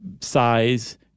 size